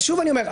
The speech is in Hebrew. שוב אני אומר,